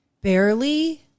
barely